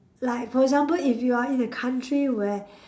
like for example if you are in a country where